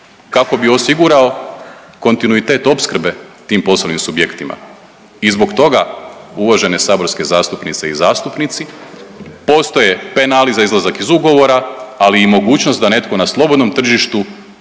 kako bi osigurao kontinuitet opskrbe tim poslovnim subjektima. I zbog toga, uvažene saborske zastupnice i zastupnici postoje penali za izlazak iz ugovora, ali i mogućnost da netko na slobodnom tržištu